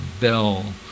Bell